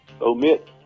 omit